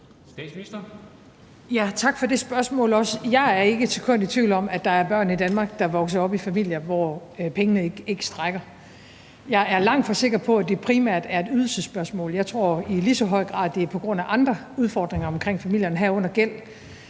Tak for det spørgsmål også. Jeg er ikke et sekund i tvivl om, at der er børn i Danmark, der vokser op i familier, hvor pengene ikke rækker. Jeg er langtfra sikker på, at det primært er et ydelsesspørgsmål. Jeg tror i lige så høj grad, at det er på grund af andre udfordringer omkring familierne, herunder gæld.